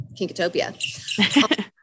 Kinkatopia